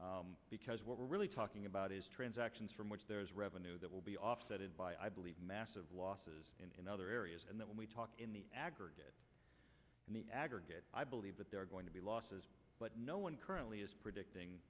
because what we're really talking about is transactions from which there is revenue that will be offset by i believe massive losses in other areas and that when we talk in the aggregate i believe that there are going to be losses but no one currently is predicting